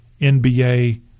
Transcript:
NBA –